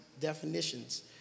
definitions